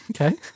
Okay